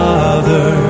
Father